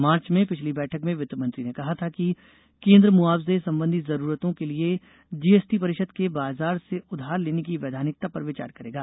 मार्च में पिछली बैठक में वित्तमंत्री ने कहा था कि केन्द्र मुआवजे संबंधी जरूरतों के लिए जीएसटी परिषद के बाजार से उधार लेने की वैधानिकता पर विचार करेगा